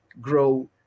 grow